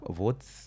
votes